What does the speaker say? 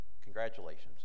congratulations